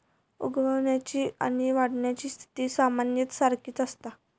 उगवण्याची आणि वाढण्याची स्थिती सामान्यतः सारखीच असता